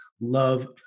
love